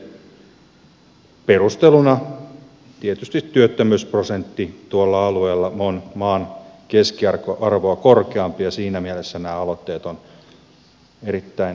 perusteluna tietysti on se että työttömyysprosentti tuolla alueella on maan keskiarvoa korkeampi ja siinä mielessä nämä aloitteet ovat erittäin kannatettavia